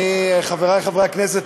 חברי חברי הכנסת,